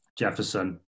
Jefferson